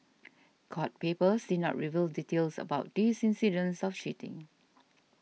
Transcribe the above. court papers did not reveal details about these incidents of cheating